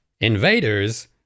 Invaders